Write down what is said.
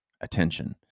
attention